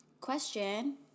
Question